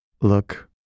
look